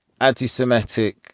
anti-semitic